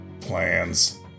plans